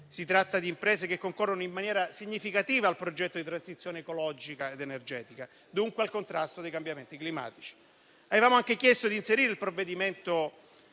si tratta di imprese che concorrono in maniera significativa al progetto di transizione ecologica ed energetica, dunque al contrasto dei cambiamenti climatici. Avevamo anche chiesto di inserire nel provvedimento